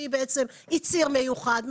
שהיא בעצם ציר מיוחד,